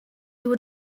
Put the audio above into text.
would